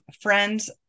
friends